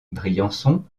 briançon